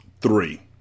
three